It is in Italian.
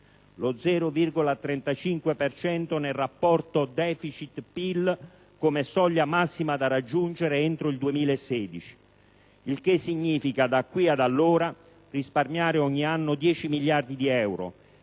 per cento nel rapporto defìcit*-*PIL come soglia massima da raggiungere entro il 2016. Il che significa, da qui ad allora, risparmiare ogni anno 10 miliardi di euro,